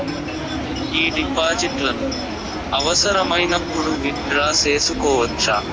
ఈ డిపాజిట్లను అవసరమైనప్పుడు విత్ డ్రా సేసుకోవచ్చా?